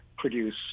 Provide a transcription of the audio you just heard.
produce